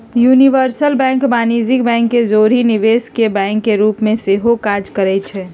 universal bank वाणिज्यिक bank के जौरही निवेश बैंक के रूप में सेहो काज करइ छै